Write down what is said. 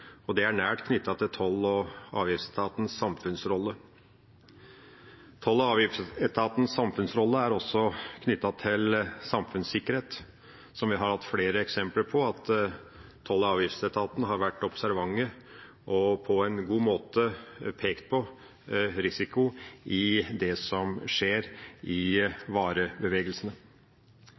og det er nært knyttet til Toll- og avgiftsetatens samfunnsrolle. Toll- og avgiftsetatens samfunnsrolle er også knyttet til samfunnssikkerhet. Vi har hatt flere eksempler på at Toll- og avgiftsetaten har vært observant og på en god måte pekt på risiko i det som skjer i varebevegelsene.